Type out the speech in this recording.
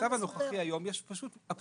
במצב הנוכחי היום יש פשוט אבסורד,